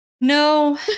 No